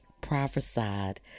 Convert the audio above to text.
prophesied